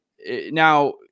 now